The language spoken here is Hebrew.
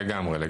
לגמרי.